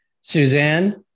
Suzanne